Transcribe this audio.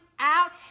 Out